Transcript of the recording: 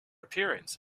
appearance